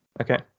okay